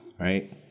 Right